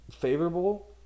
favorable